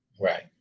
right